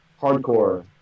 hardcore